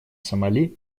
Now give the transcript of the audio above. сомали